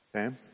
okay